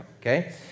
okay